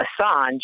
Assange